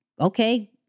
Okay